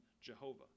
Jehovah